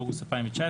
באוגוסט 2019,